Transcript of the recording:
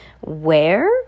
Where